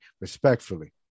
respectfully